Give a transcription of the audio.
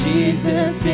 Jesus